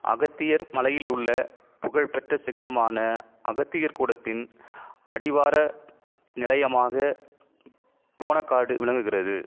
அகத்தியர் மலையில் உள்ள புகழ்பெற்ற சிகரமான அகத்தியர் கூடத்தின் அடிவார நிலையமாக போனக்காடு விளங்குகிறது